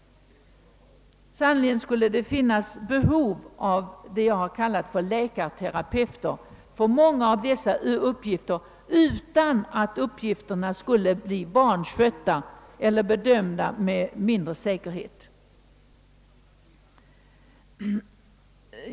Sannolikt skulle det finnas behov av vad jag har kallat läkarterapeuter för många av dessa uppgifter, utan att uppgifterna fördenskull blev vanskötta eller bedömda med mindre säkerhet.